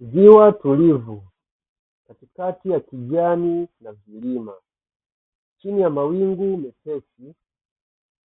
Eneo tulivu katikati ya kijani na vilima, chini ya mawingu mepesi